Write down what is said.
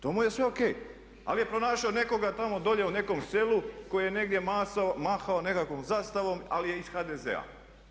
To mu je sve o.k. Ali je pronašao nekoga tamo dolje u nekom selu koji je negdje mahao nekakvom zastavom ali je iz HDZ-a.